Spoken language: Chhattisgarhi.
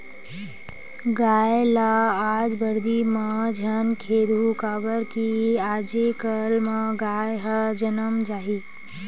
गाय ल आज बरदी म झन खेदहूँ काबर कि आजे कल म गाय ह जनम जाही